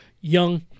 young